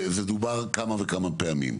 זה דובר כמה וכמה פעמים.